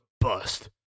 bust